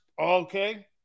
Okay